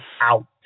out